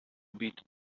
beat